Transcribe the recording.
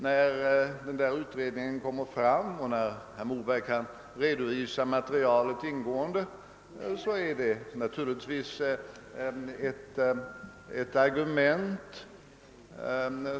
När den utredningen är klar och när herr Moberg redovisat materialet ingående är det måhända ett argument.